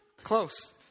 Close